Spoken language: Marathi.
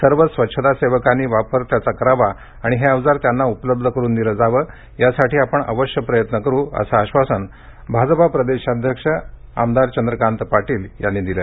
सर्व स्वच्छता सेवकांनी वापर करावा आणि हे अवजार त्यांना उपलब्ध करुन दिलं जावं यासाठी आपण प्रयत्न करु असं आधासन भाजप प्रदेशाध्यक्ष आमदार चंद्रकांत पाटील यांनी दिलं